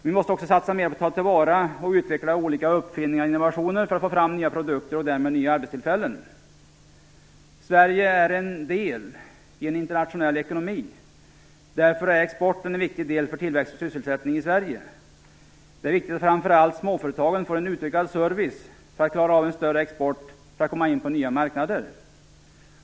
Vi måste också satsa mer på att ta till vara och utveckla olika uppfinningar och innovationer för att få fram nya produkter och därmed nya arbetstillfällen. Sverige är en del i en internationell ekonomi. Därför är exporten en viktig del för tillväxt och sysselsättning i Sverige. Det är viktigt att framför allt småföretagen får en utökad service för att klara av en större export och för att komma in på nya marknader.